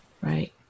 Right